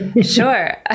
Sure